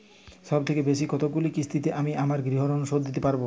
সবথেকে বেশী কতগুলো কিস্তিতে আমি আমার গৃহলোন শোধ দিতে পারব?